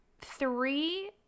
Three